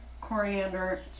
coriander